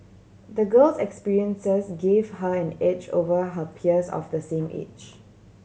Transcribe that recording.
the girl's experiences gave her an edge over her peers of the same age